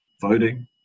voting